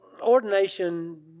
ordination